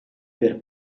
per